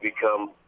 become